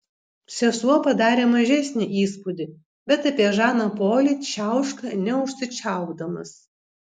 sesuo padarė mažesnį įspūdį bet apie žaną polį čiauška neužsičiaupdamas